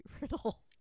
Riddle